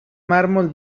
mármol